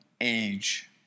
age